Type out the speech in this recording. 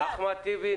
אחמד טיבי,